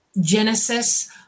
genesis